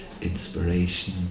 Inspiration